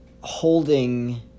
holding